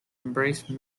embraced